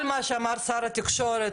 כל מה שאמר שר התקשורת,